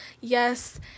yes